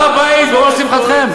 הר-הבית בראש שמחתכם?